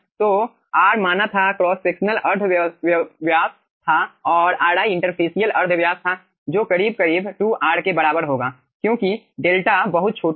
तो r माना था क्रॉस सेक्शनल अर्ध व्यास था और ri इंटरफेसियल अर्ध व्यास था जो करीब करीब 2r के बराबर होगा क्योंकि 𝛿 बहुत छोटा है